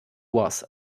was